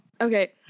okay